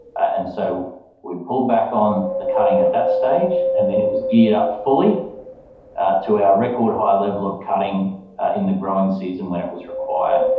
and so we pulled back on the cutting at that stage and then it was geared up fully to our record high level of cutting in the growing season when it was required.